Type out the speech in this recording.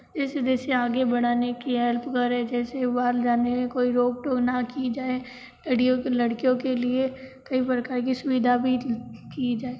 जैसे तैसे से आगे बढ़ाने की हेल्प करे जैसे बाहर जाने में कोई रोक टोक ना की जाए लड़की लड़कियों के लिए कई प्रकार की सुविधा भी की जाए